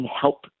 help